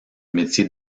métier